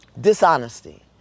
Dishonesty